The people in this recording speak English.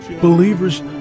Believers